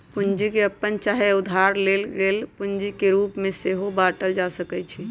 पूंजी के अप्पने चाहे उधार लेल गेल पूंजी के रूप में सेहो बाटल जा सकइ छइ